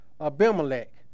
Abimelech